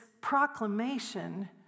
proclamation